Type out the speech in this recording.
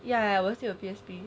ya 我是有 P_S_P